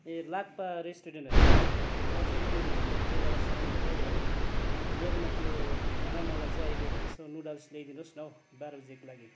ए Lakpa restaurant होइन म चाहिँ धोत्रे बालासनकै है मेरोमा त्यो खाना मलाई चाहिँ अहिले यसो नुडल्स ल्याइदिनुहोस् न हो बाह्र बजेको लागि